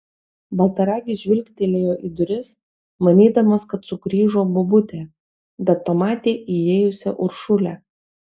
baltaragis žvilgtelėjo į duris manydamas kad sugrįžo bobutė bet pamatė įėjusią uršulę